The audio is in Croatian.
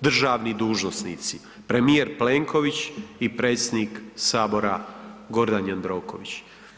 državni dužnosnici, premijer Plenković i predsjednik Sabora Gordan Jandroković.